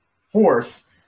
force